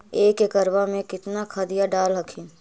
एक एकड़बा मे कितना खदिया डाल हखिन?